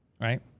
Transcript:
right